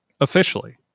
officially